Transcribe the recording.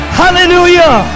hallelujah